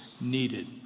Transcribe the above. needed